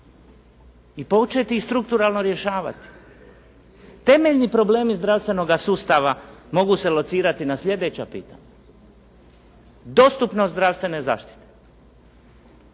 i početi ih strukturalno rješavati. Temeljni problemi zdravstvenoga sustava mogu se locirati na sljedeća pitanja. Dostupnost zdravstvene zaštite,